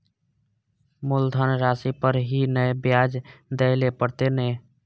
मुलधन राशि पर ही नै ब्याज दै लै परतें ने?